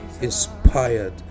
Inspired